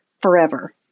forever